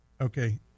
Okay